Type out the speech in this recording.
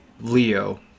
Leo